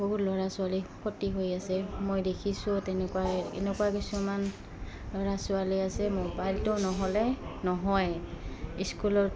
বহুত ল'ৰা ছোৱালী ক্ষতি হৈ আছে মই দেখিছোঁ তেনেকুৱা এনেকুৱা কিছুমান ল'ৰা ছোৱালী আছে মোবাইলটো নহ'লে নহয় স্কুলত